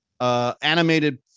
animated